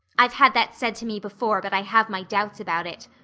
i've had that said to me before, but i have my doubts about it,